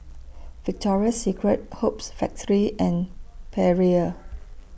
Victoria Secret Hoops Factory and Perrier